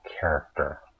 character